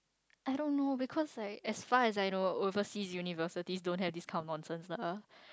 I don't know because like as far as I know overseas university don't have this kind of nonsense lah